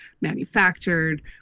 manufactured